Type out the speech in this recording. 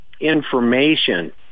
information